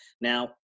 now